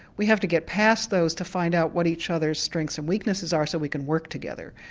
we have to get past those to find out what each other's strengths and weaknesses are so we can work together.